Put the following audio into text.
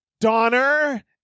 Donner